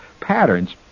patterns